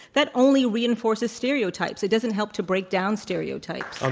that only reinforces stereotypes. it doesn't help to break down stereotypes. um